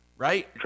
Right